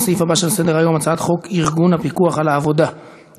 לסעיף הבא שעל סדר-היום: הצעת חוק ארגון הפיקוח על העבודה (תיקון,